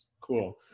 Cool